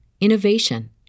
innovation